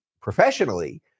professionally